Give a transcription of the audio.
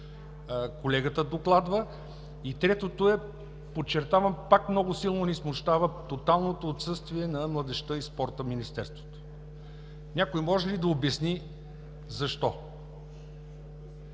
колегата докладва. И третото е, подчертавам пак, много силно ни смущава тоталното отсъствие на Министерството на младежта и спорта. Някой може ли да обясни защо?